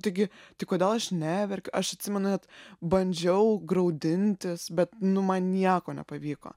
taigi tai kodėl aš neverkiu aš atsimenu net bandžiau graudintis bet nu man nieko nepavyko